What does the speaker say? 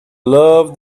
love